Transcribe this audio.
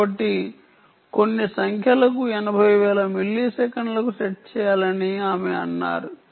కాబట్టి కొన్ని సంఖ్యలకు 80 వేల మిల్లీసెకన్లకు సెట్ చేయాలని ఆమె అన్నారు